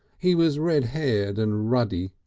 he was red-haired and ruddy,